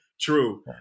true